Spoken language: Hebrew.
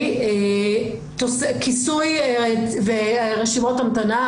כיסוי ורשימות המתנה,